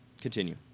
Continue